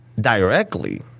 directly